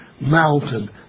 mountain